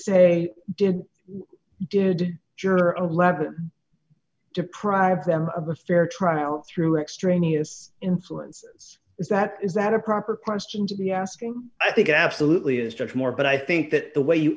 say did juror eleven deprive them of a fair trial through extraneous influences is that is that a proper question to be asking i think absolutely is judge moore but i think that the way you